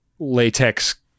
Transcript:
latex